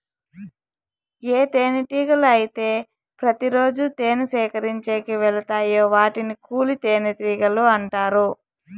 ఏ తేనెటీగలు అయితే ప్రతి రోజు తేనె సేకరించేకి వెలతాయో వాటిని కూలి తేనెటీగలు అంటారు